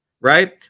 right